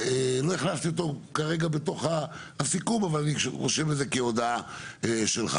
לא הכנסתי אותו כרגע בתוך הסיכום אבל אני רושם את זה כהודעה שלך,